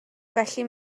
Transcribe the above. felly